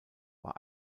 war